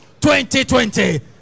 2020